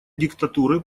диктатуры